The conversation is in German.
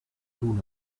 tun